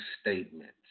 statements